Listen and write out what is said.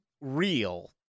real